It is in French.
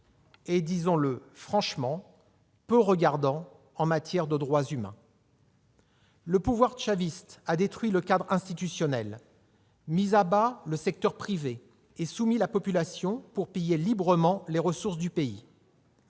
et, disons-le franchement, peu regardants en matière de droits humains. Le pouvoir chaviste a détruit le cadre institutionnel, mis à bas le secteur privé et soumis la population pour piller librement les ressources du pays.